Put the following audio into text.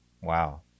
wow